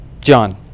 John